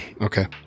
Okay